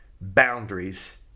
boundaries